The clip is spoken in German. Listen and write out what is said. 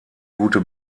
gute